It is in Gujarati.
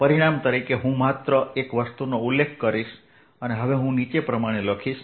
પરિણામ તરીકે હું માત્ર એક વસ્તુનો ઉલ્લેખ કરીશ હવે હું નીચે પ્રમાણે લખીશ